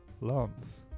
Lance